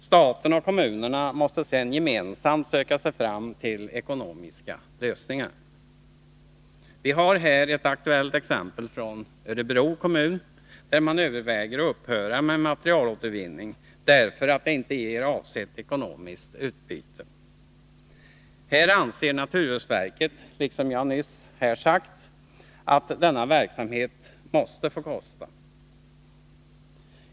Staten och kommunerna måste sedan gemensamt söka sig fram till ekonomiska lösningar. Vi har här ett aktuellt exempel från Örebro kommun där man överväger att upphöra med materialåtervinning därför att det inte ger avsett ekonomiskt utbyte. Här anser naturvårdsverket, liksom jag nyss har sagt, att denna verksamhet måste få kosta.